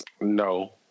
No